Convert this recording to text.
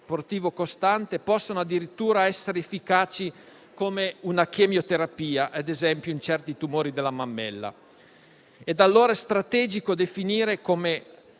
costante possano addirittura essere efficaci quanto una chemioterapia, ad esempio in certi tumori della mammella. Allora è strategico definire come